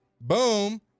Boom